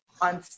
on